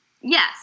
Yes